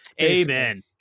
amen